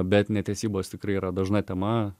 bet netesybos tikrai yra dažna tema